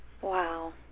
Wow